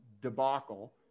debacle